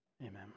Amen